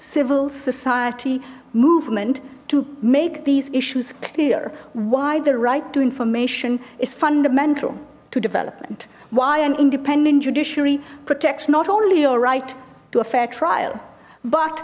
civil society movement to make these issues clear why the right to information is fundamental to development why an independent judiciary protects not only your right to a fair trial but